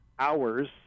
hours